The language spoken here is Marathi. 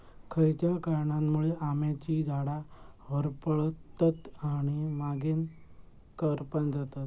खयच्या कारणांमुळे आम्याची झाडा होरपळतत आणि मगेन करपान जातत?